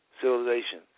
civilization